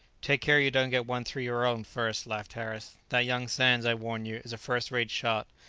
take care you don't get one through your own first, laughed harris that young sands, i warn you, is a first-rate shot,